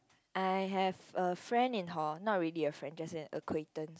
I have a friend in hall not really a friend just an acquaintance